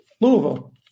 Louisville